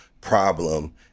problem